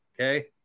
okay